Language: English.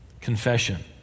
confession